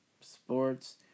sports